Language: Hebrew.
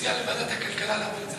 מציע להעביר את זה